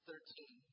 Thirteen